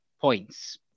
points